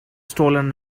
stolen